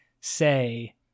say